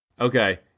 Okay